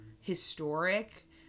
historic